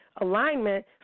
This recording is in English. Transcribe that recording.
alignment